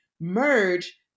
merge